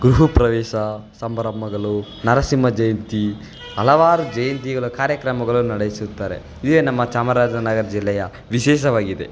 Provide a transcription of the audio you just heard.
ಗೃಹಪ್ರವೇಶ ಸಂಭ್ರಮಗಳು ನರಸಿಂಹ ಜಯಂತಿ ಹಲವಾರು ಜಯಂತಿಗಳು ಕಾರ್ಯಕ್ರಮಗಳು ನಡೆಸುತ್ತಾರೆ ಇದೇ ನಮ್ಮ ಚಾಮರಾಜನಗರ ಜಿಲ್ಲೆಯ ವಿಶೇಷವಾಗಿದೆ